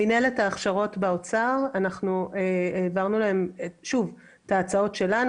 העברנו למנהלת ההכשרות באוצר את ההצעות שלנו.